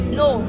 no